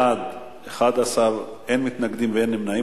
בעד 11, אין מתנגדים ואין נמנעים.